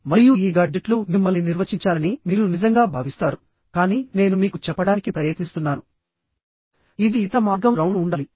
మరియు ఈ గాడ్జెట్లు మిమ్మల్ని నిర్వచించాలని మీరు నిజంగా భావిస్తారుకానీ నేను మీకు చెప్పడానికి ప్రయత్నిస్తున్నాను ఇది ఇతర మార్గం రౌండ్ ఉండాలి